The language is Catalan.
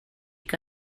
que